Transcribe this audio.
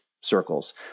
circles